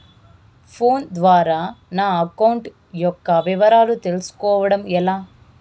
Phone ద్వారా నా account యొక్క వివరాలు తెలుస్కోవడం ఎలా?